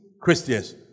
Christians